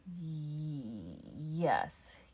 Yes